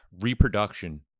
reproduction